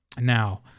Now